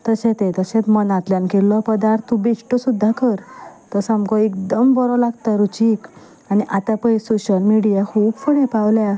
तशें तें तशेंच मनांतल्यान केल्लो पदार्त बी बेश्टो सुद्दां कर तो सामको एकदम बरो लागता रुचीक आनी आतां पळय सोशल मिडिया खूब फुडें पावल्या